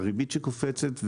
הריבית שקופצת,